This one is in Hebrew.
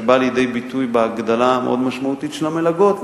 שבא לידי ביטוי בהגדלה המאוד-משמעותית של המלגות,